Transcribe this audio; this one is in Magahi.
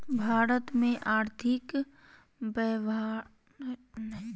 भारत में और्थिक व्यवहार्यता औरो मृदा संरक्षण फसल घूर्णन के बढ़ाबल जा हइ